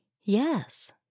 Yes